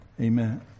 Amen